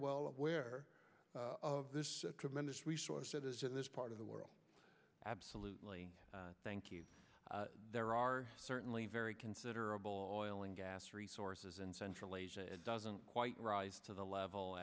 well aware of this tremendous resource that is in this part of the world absolutely thank you there are certainly very considerable orlin gas resources in central asia it doesn't quite rise to the level